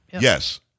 Yes